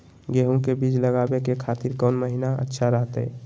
गेहूं के बीज लगावे के खातिर कौन महीना अच्छा रहतय?